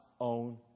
own